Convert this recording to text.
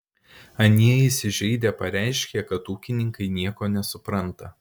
anie įsižeidę pareiškė kad ūkininkai nieko nesupranta